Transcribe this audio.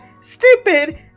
stupid